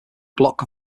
block